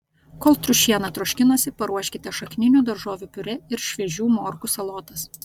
kol triušiena troškinasi paruoškite šakninių daržovių piurė ir šviežių morkų salotas